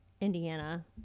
indiana